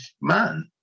man